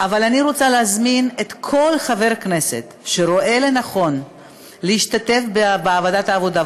אבל אני רוצה להזמין כל חבר כנסת שרואה לנכון להשתתף בעבודת הוועדה,